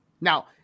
Now